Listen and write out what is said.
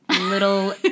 Little